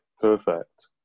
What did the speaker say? perfect